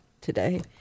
today